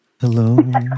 Hello